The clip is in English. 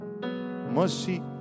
Mercy